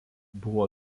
buvo